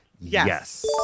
Yes